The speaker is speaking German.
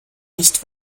nicht